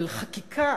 אבל חקיקה,